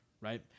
right